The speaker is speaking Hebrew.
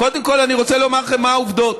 קודם כול, אני רוצה לומר לכם מה העובדות.